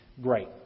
great